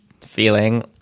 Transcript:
feeling